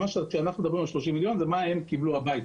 כשאנחנו מדברים על 30 מיליון בדיקות זה מה שאנשים קיבלו הביתה.